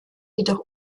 jedoch